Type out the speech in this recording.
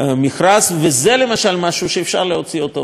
וזה למשל משהו שאפשר להוציא אותו מהמכרז,